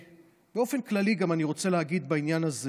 באופן כללי אני גם רוצה להגיד בעניין הזה